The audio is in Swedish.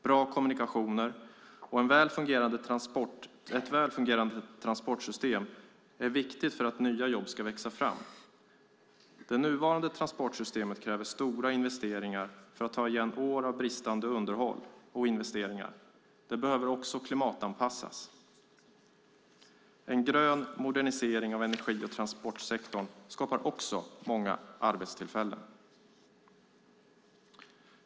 Bra kommunikationer och ett väl fungerande transportsystem är viktigt för att nya jobb ska växa fram. Det nuvarande transportsystemet kräver stora investeringar för att ta igen år av bristande underhåll och investeringar. Det behöver också klimatanpassas. En grön modernisering av energi och transportsektorn skapar också många arbetstillfällen.